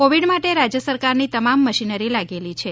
Covid માટે રાજયસરકારની તમામ મશીનરી લાગેલી છે